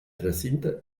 recinte